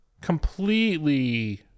completely